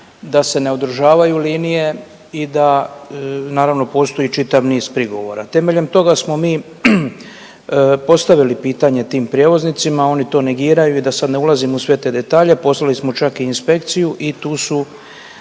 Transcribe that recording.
da se ne održavaju linije i da naravno postoji čitav niz prigovora. Temeljem toga smo mi postavili pitanje tim prijevoznicima. Oni to negiraju i da sad ne ulazim u sve te detalje poslali smo čak i inspekciju i tu su